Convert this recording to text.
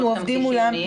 אנחנו עובדים מולם.